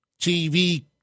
TV